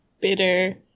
bitter